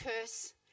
curse